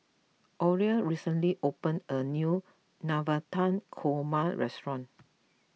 Orelia recently opened a new Navratan Korma restaurant